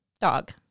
Dog